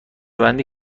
بندی